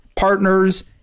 partners